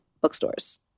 bookstores